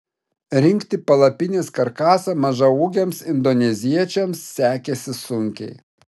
rinkti palapinės karkasą mažaūgiams indoneziečiams sekėsi sunkiai